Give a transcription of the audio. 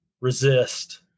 resist